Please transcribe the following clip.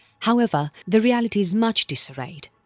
however the reality is much disarrayed.